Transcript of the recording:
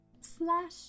Slash